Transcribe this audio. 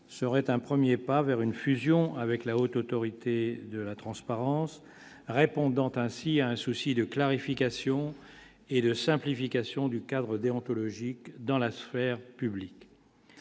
serait un 1er pas vers une fusion avec la Haute autorité de la transparence répondant Timsit à un souci de clarification et de simplification du cadre déontologique dans la sphère publique.